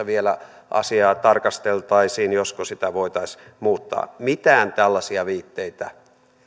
vielä asiaa tarkasteltaisiin josko sitä voitaisiin muuttaa mitään tällaisia viitteitä